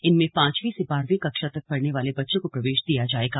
इसमें पांचवीं से बारहवीं कक्षा तक पढ़ने वाले बच्चों को प्रवेश दिया जाएगा